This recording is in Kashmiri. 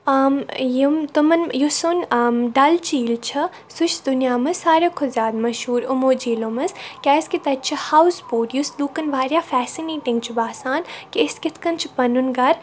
یِم تمَن یُس سون ڈَل جِیٖل چھ سُہ چھ دُنیا منٛز ساروٕے کھۄتہٕ زِیادٕ مشہوٗر یِمو جِیٖلو منٛز کِیٛازِ کہِ تَتہِ چھِ ہاوُس بوٹ یُس لُکَن واریاہ فیسِنیٹِنٛگ چھُ باسان کہِ أسۍ کِتھ کٔنۍ چھِ پَنُن گَر